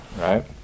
right